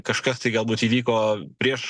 kažkas tai galbūt įvyko prieš